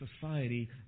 society